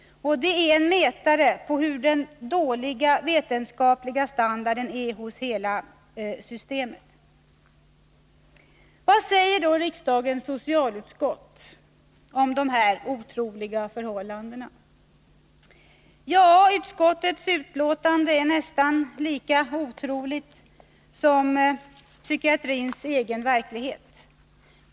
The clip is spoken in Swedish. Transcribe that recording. Det är en mätare på den dåliga vetenskapliga standarden i hela systemet. Vad säger då riksdagens socialutskott om dessa otroliga förhållanden? Ja, utskottets betänkande är nästan lika otroligt som psykiatrins egen verklighet.